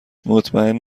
مطمئن